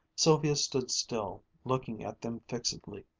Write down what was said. sylvia stood still, looking at them fixedly.